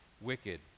wicked